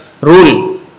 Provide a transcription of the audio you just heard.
rule